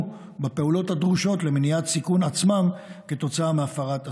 את הפעולות הדרושות למניעת סיכון עצמם כתוצאה מהפרת הסדר.